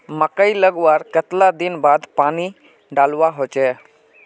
मकई लगवार कतला दिन बाद पानी डालुवा होचे?